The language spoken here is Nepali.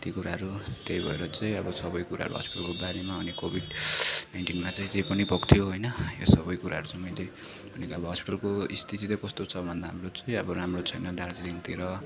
कति कुराहरू त्यही भएर चाहिँ सबै कुराहरू हस्पिटलको बारेमा अनि कोभिड नाइन्टिनमा चाहिँ जे पनि भएको थियो होइन यो सबै कुराहरू चाहिँ मैले अनि अब हस्पिटलको स्थिति चाहिँ कस्तो छ भन्दा हाम्रो चाहिँ अब राम्रो छैन दार्जिलिङतिर